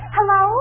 Hello